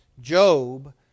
Job